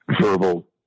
verbal